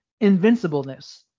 invincibleness